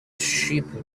sheep